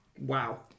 Wow